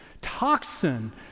toxin